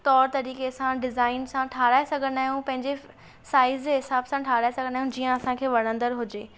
तौर तरीक़े सां डिज़ाइन सां ठाराहे सघंदा आहियूं पंहिंजे साइज़ जे हिसाब सां ठाराहे सघंदा आहियूं जीअं असां खे वणंदड़ हुजे